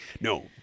no